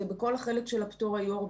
ובכל החלק של הפטור היו הרבה.